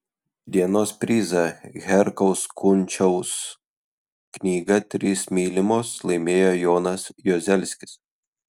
dienos prizą herkaus kunčiaus knygą trys mylimos laimėjo jonas juozelskis